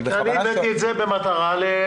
אני הבאתי את הצעת החוק לדיון במטרה לקדם